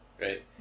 right